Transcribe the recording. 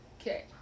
Okay